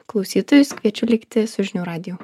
klausytojus kviečiu likti su žinių radiju